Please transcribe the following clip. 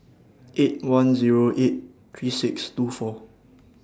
eight one Zero eight three six two four